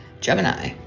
Gemini